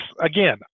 again